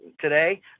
today